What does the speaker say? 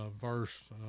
verse